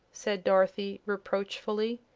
said dorothy, reproachfully,